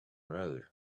road